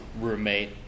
roommate